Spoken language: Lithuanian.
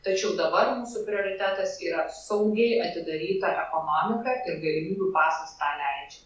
tačiau dabar mūsų prioritetas yra saugiai atidaryta ekonomika ir galimybių pasas tą leidžia